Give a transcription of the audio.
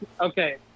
okay